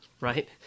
right